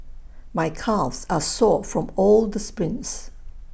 my calves are sore from all the sprints